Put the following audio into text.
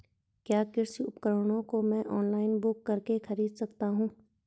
क्या कृषि उपकरणों को मैं ऑनलाइन बुक करके खरीद सकता हूँ?